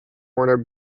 warner